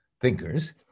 thinkers